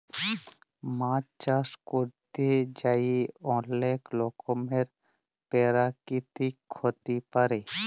মাছ চাষ ক্যরতে যাঁয়ে অলেক রকমের পেরাকিতিক ক্ষতি পারে